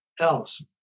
else